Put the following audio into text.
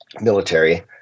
military